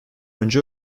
önce